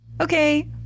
Okay